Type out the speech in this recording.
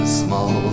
small